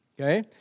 Okay